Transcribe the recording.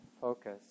focus